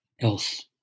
else